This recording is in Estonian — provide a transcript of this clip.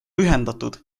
ühendatud